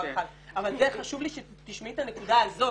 אחד אבל חשוב לי שתשמעי את הנקודה הזו